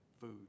food